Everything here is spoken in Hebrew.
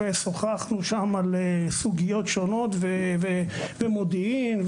שוחחנו שם על סוגיות שונות לגבי מודיעין,